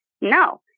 no